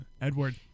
Edward